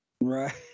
Right